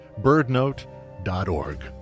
birdnote.org